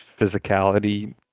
physicality